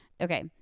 Okay